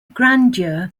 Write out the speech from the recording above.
grandeur